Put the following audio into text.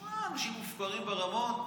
שמע, אנשים מופקרים ברמות.